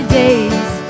days